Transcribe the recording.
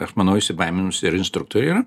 aš manau įsibaiminusių ir instruktorių yra